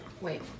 Wait